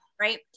Right